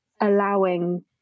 allowing